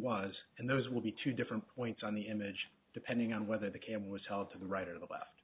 was and those will be two different points on the image depending on whether the camera was held to the right or the left